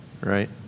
right